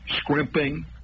scrimping